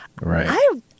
Right